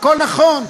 הכול נכון,